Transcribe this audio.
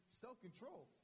self-control